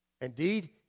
Indeed